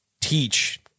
teach